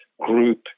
group